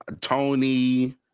tony